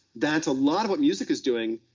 thatis a lot of what music is doing,